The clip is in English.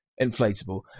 inflatable